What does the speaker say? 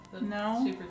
No